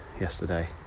yesterday